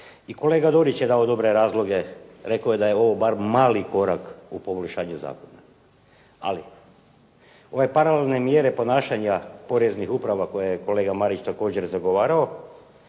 I kolega Dorić je dao dobre razloge. Rekao je da je ovo bar mali korak u poboljšanju zakona, ali ove paralelne mjere ponašanja poreznih uprava, koje je kolega Marić također zagovarao,